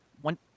one